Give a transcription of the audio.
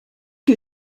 que